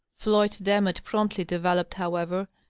floyd demotte promptly developed, however,